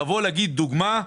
לבוא ולהגיד, לדוגמה: